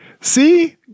See